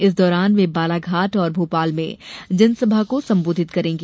इस दौरान वे बालाघाट और भोपाल में जनसभा को संबोधित करेंगी